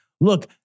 look